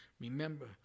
remember